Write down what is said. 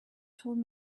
told